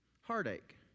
Heartache